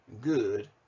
good